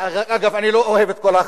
זו הכנסת של כהנא,